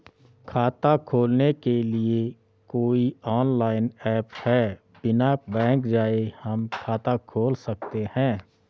खाता खोलने के लिए कोई ऑनलाइन ऐप है बिना बैंक जाये हम खाता खोल सकते हैं?